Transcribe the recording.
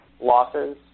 losses